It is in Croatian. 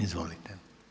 Izvolite.